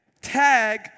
Tag